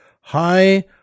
high